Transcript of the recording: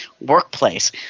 workplace